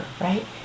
right